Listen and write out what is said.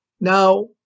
Now